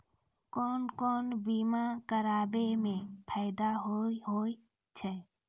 कोन कोन बीमा कराबै मे फायदा होय होय छै?